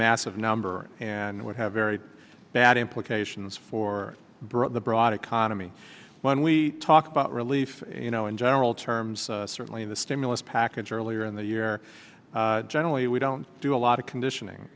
massive number and would have very bad implications for brought the broad economy when we talk about relief you know in general terms certainly in the stimulus package earlier in the year generally we don't do a lot of conditioning